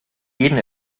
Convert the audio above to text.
jeden